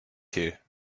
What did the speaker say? here